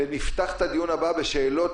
ונפתח את הדיון הבא עם שאלות,